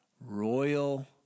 Royal